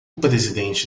presidente